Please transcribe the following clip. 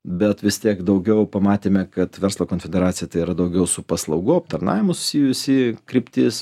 bet vis tiek daugiau pamatėme kad verslo konfederacija tai yra daugiau su paslaugų aptarnavimu susijusi kryptis